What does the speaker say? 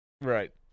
Right